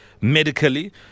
medically